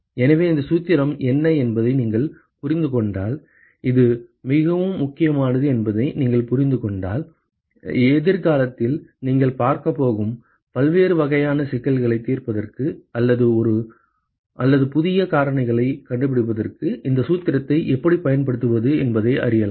எனவே இந்த சூத்திரம் என்ன என்பதை நீங்கள் புரிந்து கொண்டால் இது மிகவும் முக்கியமானது என்பதை நீங்கள் புரிந்து கொண்டால் எதிர்காலத்தில் நீங்கள் பார்க்கப்போகும் பல்வேறு வகையான சிக்கல்களைத் தீர்ப்பதற்கு அல்லது புதிய காரணிகளைக் கண்டுபிடிப்பதற்கு இந்த சூத்திரத்தை எப்படி பயன்படுத்துவது என்பதை அறியலாம்